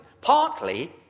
partly